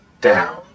down